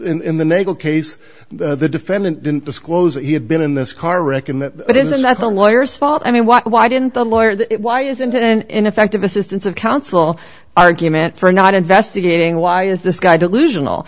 in the naval case the defendant didn't disclose that he had been in this car wreck and that it isn't that the lawyers fault i mean what why didn't the lawyer why isn't an ineffective assistance of counsel argument for not investigating why is this guy delusional